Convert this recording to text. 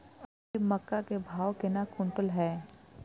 अभी मक्का के भाव केना क्विंटल हय?